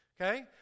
Okay